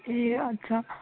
ए हो अच्छा